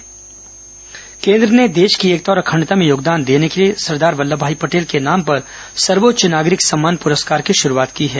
सरदार पटेल एकता पुरस्कार केन्द्र ने देश की एकता और अखण्डता में योगदान देने के लिए सरदार वल्लम भाई पटेल के नाम पर सर्वोच्च नागरिक सम्मान पुरस्कार की शुरूआत की है